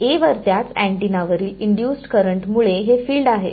A वर त्याच अँटिनावरील इंड्युसड् करंट मुळे हे फिल्ड आहे